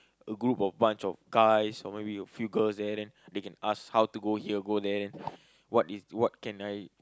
a group of bunch of guys or maybe a few girls there then they can ask how to go here go there what is what can I